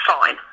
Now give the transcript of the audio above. fine